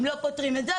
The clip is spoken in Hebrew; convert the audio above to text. אם לא פותרים את זה,